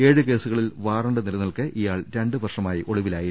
ഏഴ് കേസുകളിൽ വാറണ്ട് നിലനിൽക്കേ ഇയാൾ രണ്ടുവർഷമായി ഒളിവിലായിരുന്നു